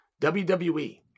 WWE